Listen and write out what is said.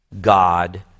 God